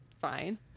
fine